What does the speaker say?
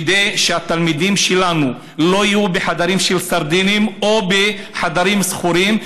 כדי שהתלמידים שלנו לא יהיו בחדרים של סרדינים או בחדרים שכורים,